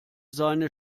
seine